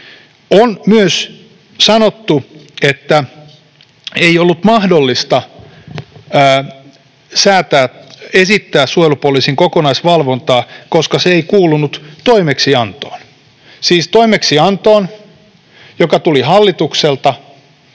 On myös sanottu, että ei ollut mahdollista esittää suojelupoliisin kokonaisvalvontaa, koska se ei kuulunut toimeksiantoon — siis toimeksiantoon, joka tuli hallitukselta,